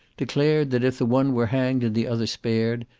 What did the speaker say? declared, that if the one were hanged and the other spared,